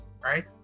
right